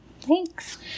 Thanks